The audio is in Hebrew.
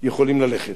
יכולים ללכת?